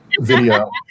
video